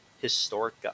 historic